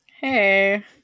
Hey